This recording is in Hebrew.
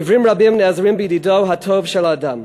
עיוורים רבים נעזרים בידידו הטוב של האדם.